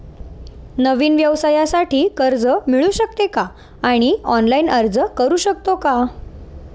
नवीन व्यवसायासाठी कर्ज मिळू शकते का आणि ऑनलाइन अर्ज करू शकतो का?